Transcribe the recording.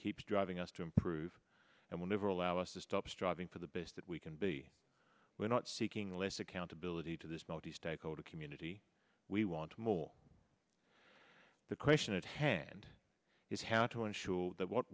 keeps driving us to improve and will never allow us to stop striving for the best that we can be we're not seeking less accountability to this multi stakeholder community we want more the question at hand is how to ensure that